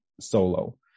solo